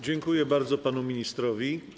Dziękuję bardzo panu ministrowi.